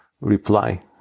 reply